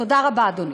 תודה רבה, אדוני.